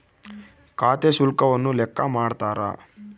ಖಾತೆ ಶುಲ್ಕವನ್ನು ಲೆಕ್ಕ ಮಾಡ್ತಾರ